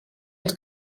els